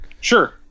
sure